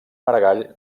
maragall